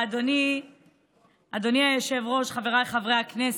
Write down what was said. אדוני היושב-ראש, חבריי חברי הכנסת,